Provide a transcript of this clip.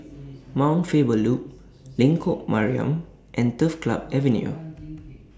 Mount Faber Loop Lengkok Mariam and Turf Club Avenue